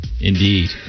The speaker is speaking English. Indeed